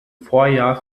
vorjahr